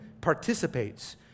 participates